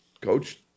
coach